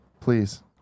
Please